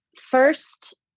first